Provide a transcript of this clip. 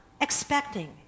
expecting